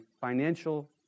financial